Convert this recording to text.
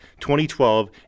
2012